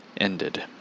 ended